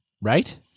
right